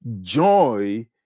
joy